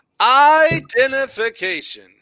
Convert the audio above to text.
Identification